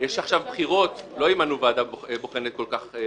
יש עכשיו בחירות, לא ימנו ועדה בוחנת כל כך מהר.